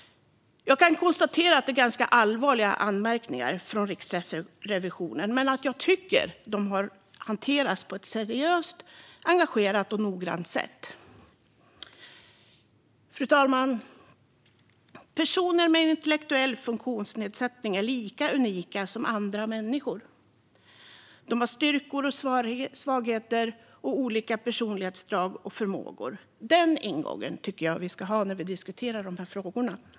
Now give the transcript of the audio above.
Jag kan konstatera att det är ganska allvarliga anmärkningar från Riksrevisionen. Men jag tycker också att de har hanterats på ett seriöst, engagerat och noggrant sätt. Fru talman! Personer med intellektuell funktionsnedsättning är lika unika som andra människor. De har styrkor och svagheter, olika personlighetsdrag och förmågor. Den ingången tycker jag att vi ska ha när vi diskuterar de här frågorna.